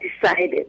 Decided